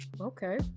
Okay